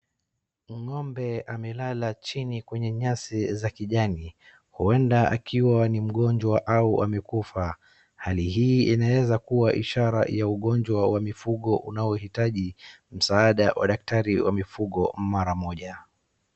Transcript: Ng'ombe amelala chini kwenye nyasi za kijani. Huenda akiwa ni mgonjwa au amekufa. Hali hii inaeza kuwa ishara ya ugonjwa wa mifugo unaohitaji msaada wa daktari wa mifugo maramoja.